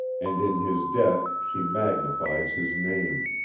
and in his death she magnifies his name.